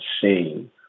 seeing